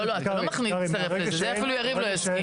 אתה לא מצטרף לזה, זה אפילו יריב לא יסכים.